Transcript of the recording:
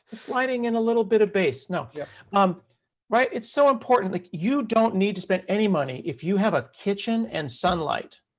it's lighting and a little bit of base. no. yeah um right? it's so important. like, you don't need to spend any money if you have a kitchen and sunlight.